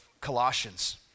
Colossians